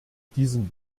diesem